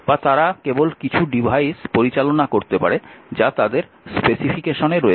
বা তারা কেবল কিছু ডিভাইস পরিচালনা করতে পারে যা তাদের স্পেসিফিকেশনে রয়েছে